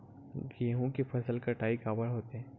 गेहूं के फसल कटाई काबर होथे?